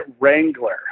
Wrangler